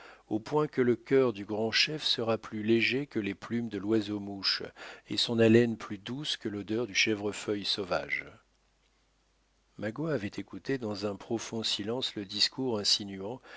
au point que le cœur du grand chef sera plus léger que les plumes de loiseau mouche et son haleine plus douce que l'odeur du chèvrefeuille sauvage magua avait écouté dans un profond silence le discours